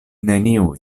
neniu